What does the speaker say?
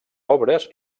obres